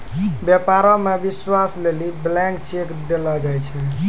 व्यापारो मे विश्वास लेली ब्लैंक चेक देलो जाय छै